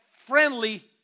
friendly